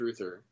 truther